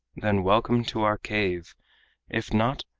then welcome to our cave if not,